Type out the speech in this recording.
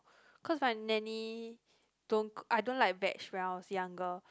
cause my nanny don't I don't like veg when I was younger